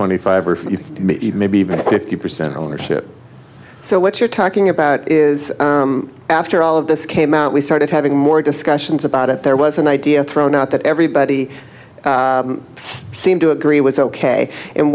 twenty five or maybe even if you percent ownership so what you're talking about is after all of this came out we started having more discussions about it there was an idea thrown out that everybody seemed to agree was ok and